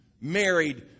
married